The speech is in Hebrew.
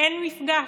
אין מפגש.